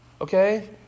Okay